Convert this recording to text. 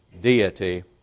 deity